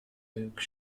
look